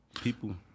People